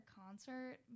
concert